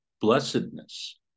blessedness